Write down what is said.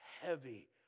heavy